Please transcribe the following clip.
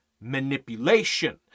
manipulation